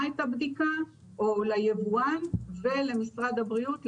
את הבדיקה או ליבואן ולמשרד הבריאות,